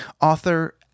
author